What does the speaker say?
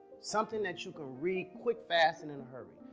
something that you can read quick, fast, and in a hurry.